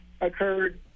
occurred